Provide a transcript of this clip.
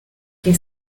que